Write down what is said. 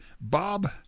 Bob